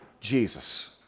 Jesus